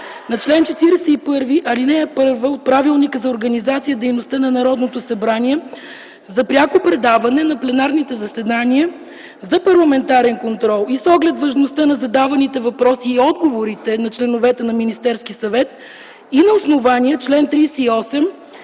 ал. 1 от Правилника за организацията и дейността на Народното събрание за пряко предаване на пленарните заседания за парламентарен контрол и с оглед важността на задаваните въпроси и отговорите на членовете на Министерския съвет и на основание чл. 38,